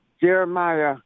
Jeremiah